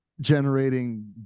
generating